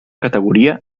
categoria